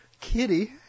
kitty